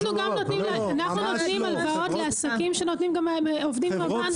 אנחנו נותנים להלוואות שעובדים גם עם הבנקים.